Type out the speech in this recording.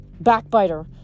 Backbiter